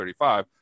35